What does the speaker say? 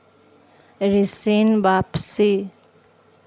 ऋण वापसी?